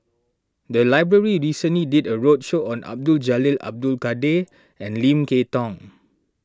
the library recently did a roadshow on Abdul Jalil Abdul Kadir and Lim Kay Tong